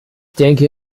denke